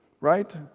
right